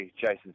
Jason